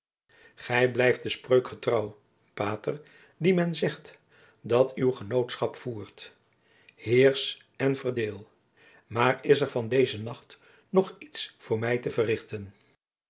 gij blijft de spreuk getrouw pater die men zegt dat uw genootschap voert en verdeel aar is er van deze nacht nog iets voor mij te verrichten